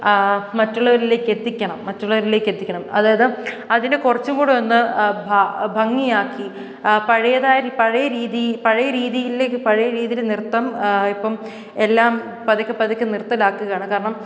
മറ്റുള്ളവരിലേക്ക് എത്തിക്കണം മറ്റുള്ളവരിലേക്ക് എത്തിക്കണം അതായത് അതിനെ കുറച്ചും കൂടി ഒന്ന് ഭ ഭംഗിയാക്കി ആ പഴയതായരി പഴയ രീതി പഴയ രീതിയിലേക്കു പഴയ രീതിയിൽ നൃത്തം ഇപ്പം എല്ലാം പതുക്കെ പതുക്കെ നിർത്തലാക്കുകയാണ് കാരണം